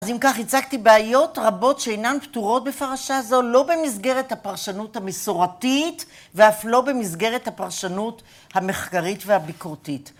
אז אם כך הצגתי בעיות רבות שאינן פתורות בפרשה זו, לא במסגרת הפרשנות המסורתית ואף לא במסגרת הפרשנות המחקרית והביקורתית.